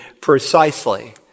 precisely